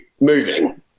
moving